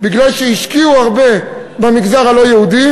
מפני שהשקיעו הרבה במגזר הלא-יהודי,